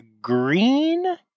green